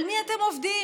על מי אתם עובדים,